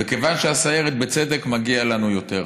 וכיוון שאנחנו הסיירת, בצדק מגיע לנו יותר,